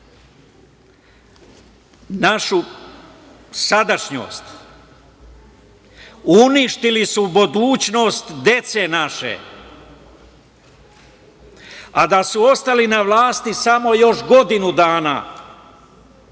našu sadašnjost, uništili su budućnost dece naše, a da su ostali na vlasti samo još godinu dana,